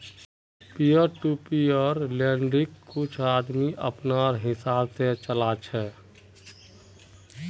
peer to peer लेंडिंग्क कुछ आदमी अपनार हिसाब से चला छे